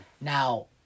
Now